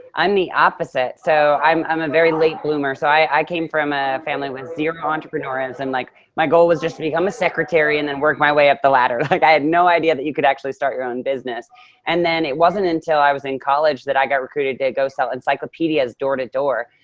i'm the opposite. so i'm i'm a very late bloomer. so i came from a family with zero entrepreneurs and like my goal was just to become a secretary and then work my way up the ladder. like i had no idea that you could actually start your own business and then it wasn't until i was in college that i got recruited to go sell encyclopedias door to door.